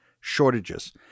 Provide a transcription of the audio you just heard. shortages